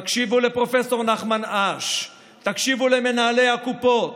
תקשיבו לפרופ' נחמן אש, תקשיבו למנהלי הקופות,